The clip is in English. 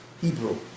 Hebrew